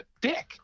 dick